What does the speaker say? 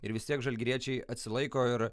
ir vis tiek žalgiriečiai atsilaiko ir